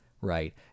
right